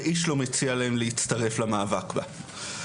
ואיש לא מציע להם להצטרף למאבק בה.